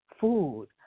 food